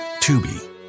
Tubi